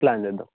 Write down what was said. plan చేద్దాము